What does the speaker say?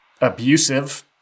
abusive